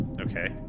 Okay